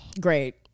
great